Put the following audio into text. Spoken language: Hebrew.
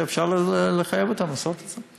ואפשר לחייב אותם לעשות את זה.